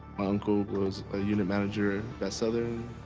uncle was a unit manager at southern,